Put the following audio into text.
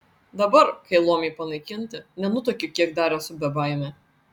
dabar kai luomai panaikinti nenutuokiu kiek dar esu bebaimė